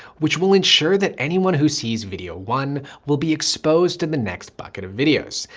which will ensure that anyone who sees video one will be exposed to the next bucket of videos.